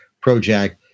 project